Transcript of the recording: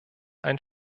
ein